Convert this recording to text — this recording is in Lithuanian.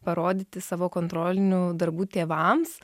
parodyti savo kontrolinių darbų tėvams